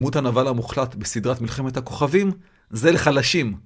דמות הנבל המוחלט בסדרת מלחמת הכוכבים, זה לחלשים.